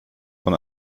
von